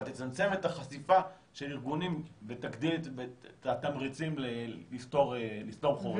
אבל תצמצם את החשיפה של ארגונים ותגדיל את התמריצים לפתור חורים?